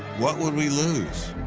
what would we lose?